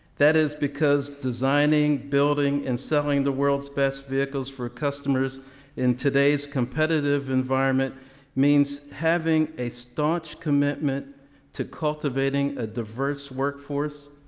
that is because designing, building and selling the world's best vehicles for customers in today's competitive environment mean means having a staunch commitment to cultivating a diverse workforce,